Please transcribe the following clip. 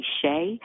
cliche